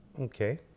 Okay